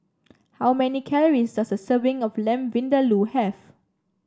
how many calories does a serving of Lamb Vindaloo have